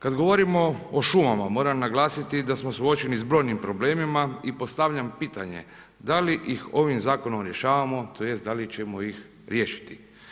Kad govorimo o šumama moram naglasiti da smo suočeni sa brojnim problemima i postavljam pitanje da li ih ovim zakonom rješavamo, tj. da li ćemo ih riješiti.